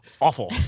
awful